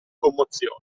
commozione